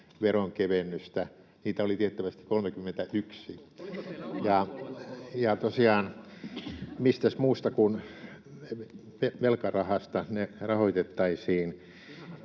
veronkevennystä. Niitä oli tiettävästi 31. Ja tosiaan, mistäs muusta kuin velkarahasta ne rahoitettaisiin.